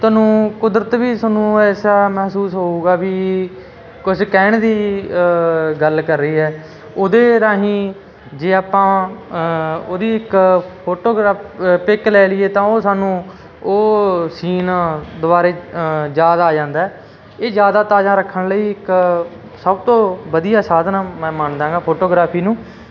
ਤੁਹਾਨੂੰ ਕੁਦਰਤ ਵੀ ਤੁਹਾਨੂੰ ਐਸਾ ਮਹਿਸੂਸ ਹੋਊਗਾ ਵੀ ਕੁਝ ਕਹਿਣ ਦੀ ਗੱਲ ਕਰ ਰਹੀ ਐ ਉਹਦੇ ਰਾਹੀਂ ਜੇ ਆਪਾਂ ਉਹਦੀ ਇੱਕ ਫੋਟੋਗਰਾ ਪਿੱਕ ਲੈ ਲਈਏ ਤਾਂ ਉਹ ਸਾਨੂੰ ਉਹ ਸੀਨ ਦੁਬਾਰੇ ਯਾਦ ਆ ਜਾਂਦਾ ਇਹ ਯਾਦਾਂ ਤਾਜ਼ਾ ਰੱਖਣ ਲਈ ਇੱਕ ਸਭ ਤੋਂ ਵਧੀਆ ਸਾਧਨ ਮੈਂ ਮੰਨਦਾ ਗਾ ਫੋਟੋਗ੍ਰਾਫੀ ਨੂੰ